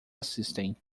assistem